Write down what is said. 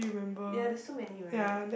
ya there's so many right